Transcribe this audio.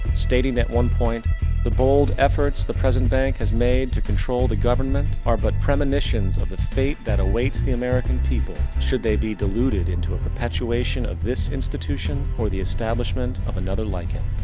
stating that one point the bold efforts the present bank has made to control the government. are but premonitions of the fate that awaits the american people should they be deluded into a perpetuation of this institution or, the establishment of another like it.